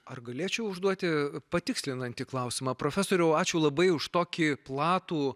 ar galėčiau užduoti patikslinantį klausimą profesoriau ačiū labai už tokį platų